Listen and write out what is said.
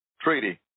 treaty